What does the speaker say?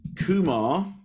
Kumar